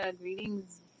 greetings